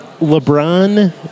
LeBron